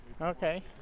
Okay